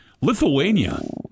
lithuania